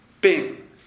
Bing